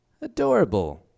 adorable